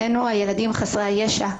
עלינו הילדים חסרי הישע,